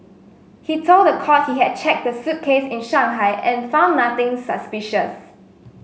he told the court he had checked the suitcase in Shanghai and found nothing suspicious